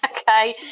okay